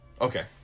Okay